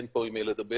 אין פה עם מי לדבר.